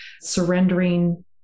surrendering